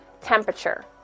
temperature